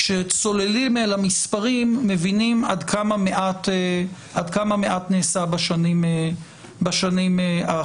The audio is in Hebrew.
כשצוללים למספרים מבינים עד כמה מעט נעשה בשנים האחרונות.